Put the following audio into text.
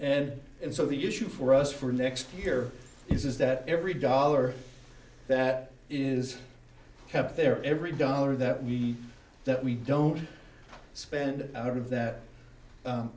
and so the issue for us for next year is that every dollar that is kept there every dollar that we that we don't spend out of that